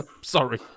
Sorry